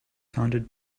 founded